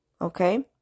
okay